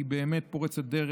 כי היא באמת פורצת דרך.